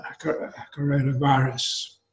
coronavirus